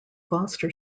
foster